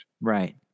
Right